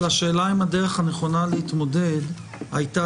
אבל השאלה היא אם הדרך הנכונה להתמודד הייתה